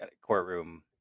courtroom